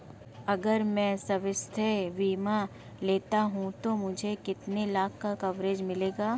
अगर मैं स्वास्थ्य बीमा लेता हूं तो मुझे कितने लाख का कवरेज मिलेगा?